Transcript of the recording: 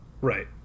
right